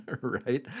right